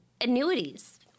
annuities